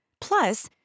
Plus